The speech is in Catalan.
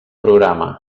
programa